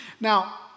Now